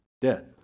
dead